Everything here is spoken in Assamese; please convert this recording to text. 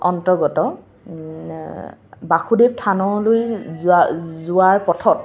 অন্তৰ্গত বাসুদেৱ থানলৈ যোৱা যোৱাৰ পথত